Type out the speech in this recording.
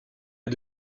est